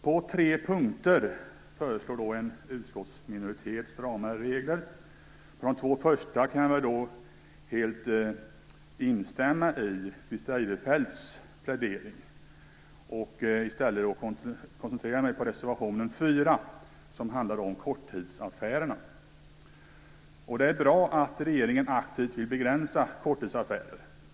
På tre punkter föreslår en utskottsminoritet stramare regler. På de två första kan jag helt instämma i Christer Eirefelts plädering. Jag koncentrerar mig i stället på reservation 4, som handlar om korttidsaffärer. Det är bra att regeringen aktivt vill begränsa dessa.